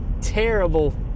terrible